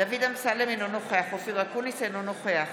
דוד אמסלם, אינו נוכח אופיר אקוניס, אינו נוכח